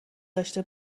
داشته